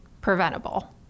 preventable